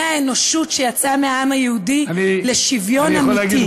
האנושות שיצאה מהעם היהודי לשוויון אמיתי.